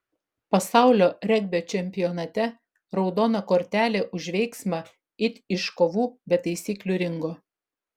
pasaulio regbio čempionate raudona kortelė už veiksmą it iš kovų be taisyklių ringo